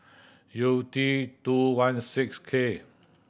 U T two one six K